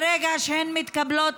ברגע שהן מתקבלות,